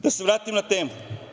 Da se vratim na temu.